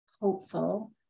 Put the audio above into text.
hopeful